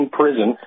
prison